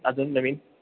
अजून नवीन